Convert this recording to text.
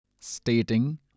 stating